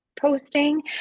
posting